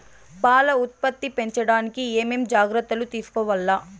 పాల ఉత్పత్తి పెంచడానికి ఏమేం జాగ్రత్తలు తీసుకోవల్ల?